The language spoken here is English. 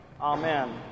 Amen